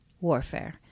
warfare